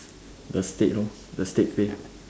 the state lor the state pay